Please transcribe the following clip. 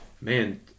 man